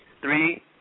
Three